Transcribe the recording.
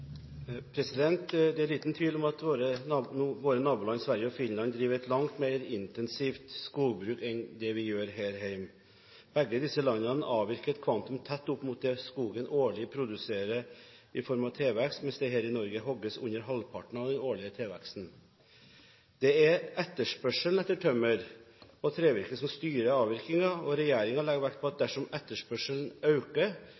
skogen?» Det er liten tvil om at våre naboland, Sverige og Finland, driver et langt mer intensivt skogbruk enn det vi gjør her hjemme. Begge disse landene avvirker et kvantum tett opp mot det skogen årlig produserer i form av tilvekst, mens det her i Norge hogges under halvparten av den årlige tilveksten. Det er etterspørselen etter tømmer og trevirke som styrer avvirkningen, og regjeringen legger vekt på at dersom etterspørselen øker,